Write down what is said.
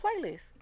playlist